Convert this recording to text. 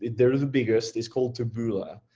they're the biggest is called taboola.